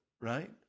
right